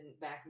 back